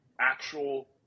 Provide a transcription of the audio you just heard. actual